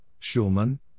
Schulman